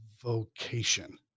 vocation